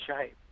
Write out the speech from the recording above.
shape